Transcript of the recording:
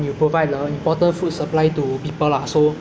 and also I think that's something that I can contribute to the